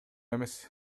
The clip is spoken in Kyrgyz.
эмес